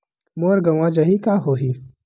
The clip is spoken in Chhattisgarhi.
मोर गंवा जाहि का होही?